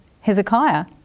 Hezekiah